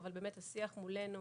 אבל באמת השיח מולנו